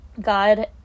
God